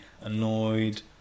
annoyed